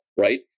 right